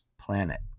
planet